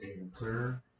answer